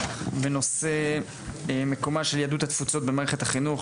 בנושא מקומה של יהדות התפוצות במערכת החינוך,